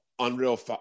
Unreal